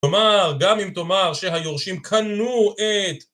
כלומר, גם אם תאמר שהיורשים קנו את...